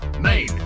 Main